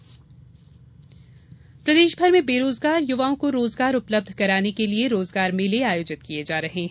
रोजगार मेला प्रदेशभर में बेरोजगार युवाओं को रोजगार उपलब्ध कराने के लिए रोजगार मेले आयोजित किये जा रहे हैं